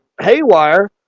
haywire